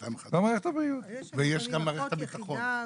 211. ויש גם מערכת הביטחון.